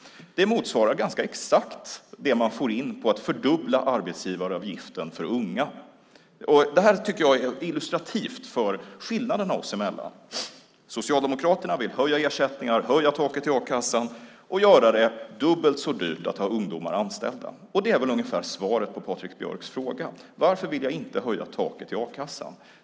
Det motsvarar ganska exakt det man får in på att fördubbla arbetsgivaravgiften för unga. Det här tycker jag är illustrativt för skillnaderna oss emellan. Socialdemokraterna vill höja ersättningar, höja taket i a-kassan och göra det dubbelt så dyrt att ha ungdomar anställda. Det är väl ungefär svaret på Patrik Björcks fråga. Varför vill jag inte höja taket i a-kassan?